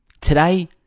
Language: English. Today